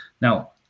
Now